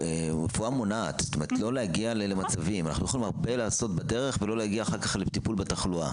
כדי להשקיע במניעה ולא להגיע לטיפול בתחלואה.